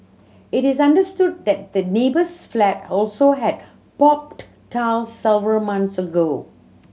it is understood that the neighbour's flat also had popped tiles several months ago